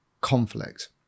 conflict